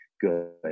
good